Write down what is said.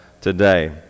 today